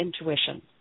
intuition